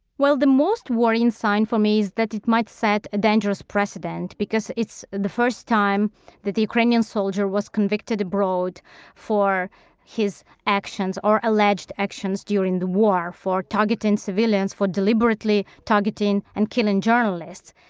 well, the most warning sign for me is that it might set a dangerous precedent, because it's the first time that a ukrainian soldier was convicted abroad for his actions or alleged actions during the war, for targeting civilians, for deliberately targeting and killing journalists,